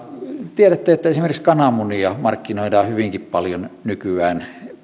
tiedätte että esimerkiksi kananmunia markkinoidaan hyvinkin paljon nykyään